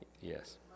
Yes